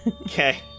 Okay